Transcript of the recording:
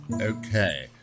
Okay